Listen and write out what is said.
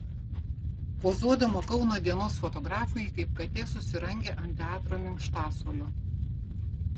pozuodama kauno dienos fotografui ji kaip katė susirangė ant teatro minkštasuolio